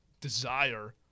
desire